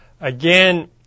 Again